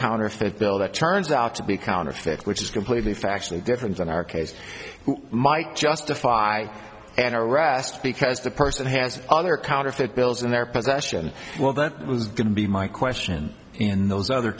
counterfeit bill that turns out to be counterfeit which is completely factual difference in our case who might justify an arrest because the person has other counterfeit bills in their possession well that was going to be my question in those other